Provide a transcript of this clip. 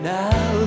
now